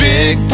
Big